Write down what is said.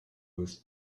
with